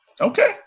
Okay